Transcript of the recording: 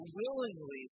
willingly